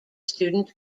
student